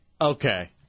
Okay